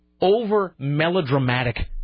over-melodramatic